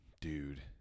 Dude